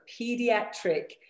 Pediatric